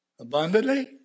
Abundantly